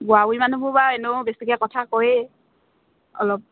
বুঢ়া বুঢ়ী মানুহবোৰ বাৰু এনেও বেছিকে কথা কয়ে অলপ